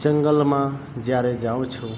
જંગલમાં જ્યારે જાઉં છું